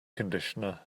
conditioner